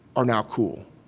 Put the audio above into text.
are now cool,